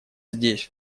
здесь